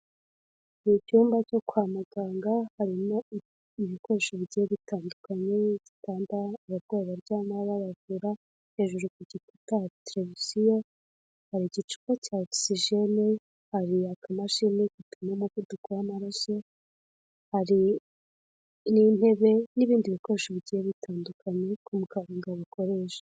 Mu cyumba cyo kwa muganga harimo ibikoresho bike bitandukanye n'igitanda abarwayi baryama babavura, hejuru ku kikuta televiziyo hari igicupa cya ogisijene, hari akamashini gapima umuvuduko w'amaraso, hari n'intebe n'ibindi bikoresho bigiye bitandukanye kwa muganga bakoresha.